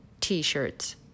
t-shirts